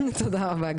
תודה רבה.